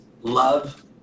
Love